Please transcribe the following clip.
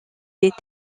des